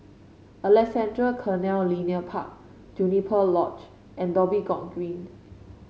Alexandra Canal Linear Park Juniper Lodge and Dhoby Ghaut Green